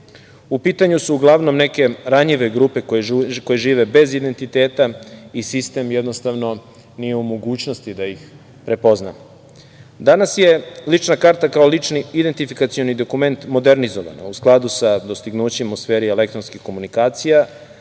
pitanju su uglavnom neke ranjive grupe, koje žive bez identiteta i sistem, jednostavno nije u mogućnosti da ih prepozna. Danas je lična karata, kao lični identifikacioni dokument modernizovan, a u skladu sa dostignućima u sferi elektronskih komunikacija,